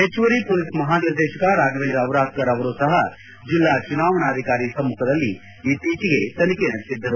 ಹೆಚ್ಚುವರಿ ಪೊಲೀಸ್ ಮಹಾನಿರ್ದೇಶಕ ರಾಫವೇಂದ್ರ ಡಿರಾದ್ಕರ್ ಅವರೂ ಸಹ ಜಿಲ್ಲಾ ಚುನಾವಣಾಧಿಕಾರಿ ಸಮ್ಮುಖದಲ್ಲಿ ಇತ್ತೀಚೆಗೆ ತನಿಖೆ ನಡೆಸಿದ್ದರು